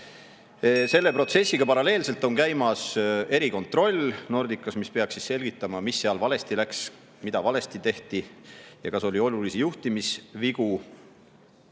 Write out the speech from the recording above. Selle protsessiga paralleelselt on Nordicas käimas erikontroll, mis peaks selgitama, mis seal valesti läks, mida valesti tehti ja kas oli olulisi juhtimisvigu.